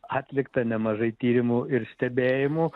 atlikta nemažai tyrimų ir stebėjimų